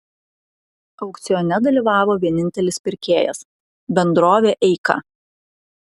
aukcione dalyvavo vienintelis pirkėjas bendrovė eika